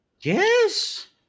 Yes